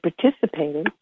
participating